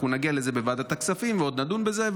אנחנו נגיע לזה בוועדת הכספים ועוד נדון בזה.